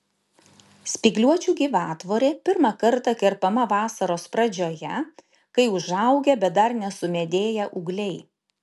spygliuočių gyvatvorė pirmą kartą kerpama vasaros pradžioje kai užaugę bet dar nesumedėję ūgliai